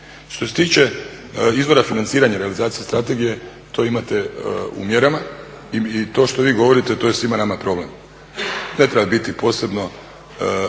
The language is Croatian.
Što se tiče izvora financiranja realizacije strategije, to imate u mjerama i to što vi govorite to je svima nama problem. Ne treba biti posebno